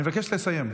אני מבקש לסיים.